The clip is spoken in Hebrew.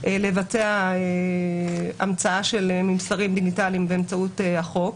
לבצע המצאה של ממסרים דיגיטליים באמצעות החוק,